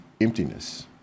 emptiness